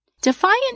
Defiant